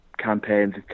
Campaigns